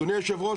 אדוני יושב הראש,